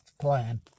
plan